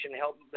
Help